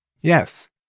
Yes